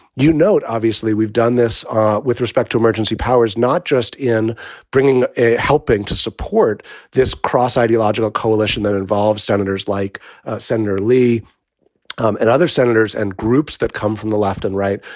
you know, obviously, we've done this ah with respect to emergency powers, not just in bringing a helping to support this cross ideological coalition that involves senators like senator lee um and other senators and groups that come from the left and right,